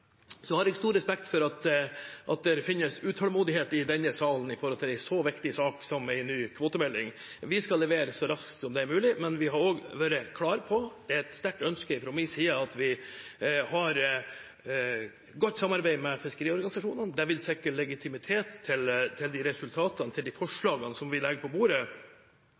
viktig sak som en ny kvotemelding. Vi skal levere så raskt som det er mulig, men vi har også vært klar på – og det er et sterkt ønske fra min side – at vi skal ha et godt samarbeid med fiskeriorganisasjonene. Det vil sikre legitimitet for de resultatene og forslagene vi legger på bordet.